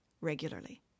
regularly